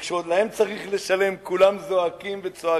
וכשלהם צריך לשלם כולם זועקים וצועקים.